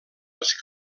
els